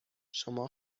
شما